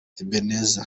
ebenezer